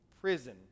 prison